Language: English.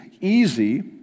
easy